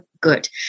good